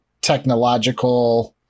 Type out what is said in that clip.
technological